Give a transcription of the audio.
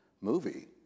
movie